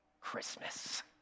Christmas